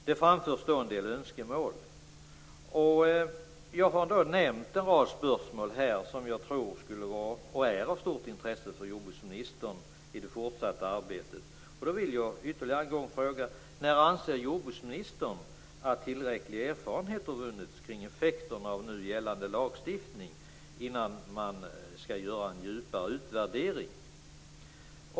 Det framförs också en del önskemål. Jag har här nämnt en rad spörsmål som jag tror skulle vara och är av stort intresse för jordbruksministern i det fortsatta arbetet. Jag vill också ytterligare en gång fråga: När anser jordbruksministern att tillräcklig erfarenhet har vunnits kring effekten av nu gällande lagstiftning, så att man kan göra en djupare utvärdering?